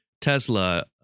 Tesla